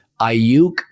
Ayuk